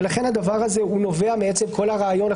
ולכן הדבר הזה נובע מעצם כל הרעיון,